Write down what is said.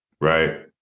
right